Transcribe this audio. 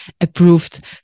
approved